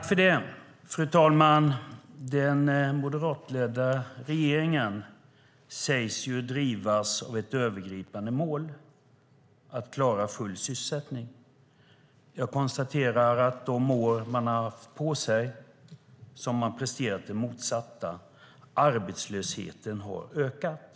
Fru talman! Den moderatledda regeringen säger sig drivas av ett övergripande mål om att klara full sysselsättning. Jag konstaterar att under de år man har haft på sig har man presterat det motsatta. Arbetslösheten har ökat.